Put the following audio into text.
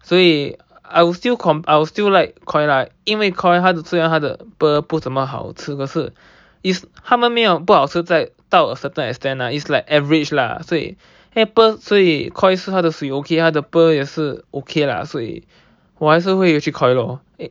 所以 I will still com~ I will still like Koi lah 因为 Koi 的虽然它的 pearl 不怎么好吃可是 is 它们没有不好吃在到 a certain extent lah it's like average lah 所以 pearl lah 所以 Koi 是它的水 okay but 它的 pearl 也是 okay lah 所以我还是会回去 Koi lor